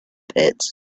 pits